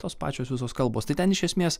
tos pačios visos kalbos tai ten iš esmės